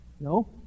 No